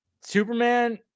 superman